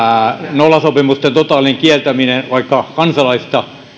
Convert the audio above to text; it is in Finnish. nollasopimusten totaalinen kieltäminen vaikka